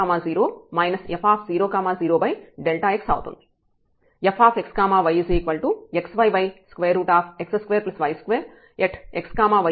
fxyxyx2y2xy00 0xy≠00 కాబట్టి ఇది 0 అవుతుంది